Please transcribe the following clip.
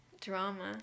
Drama